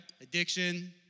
Addiction